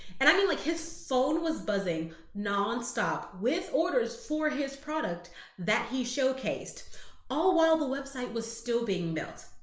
and i mean like his phone was buzzing nonstop with orders for his product that he showcased all while the website was still being built.